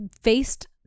faced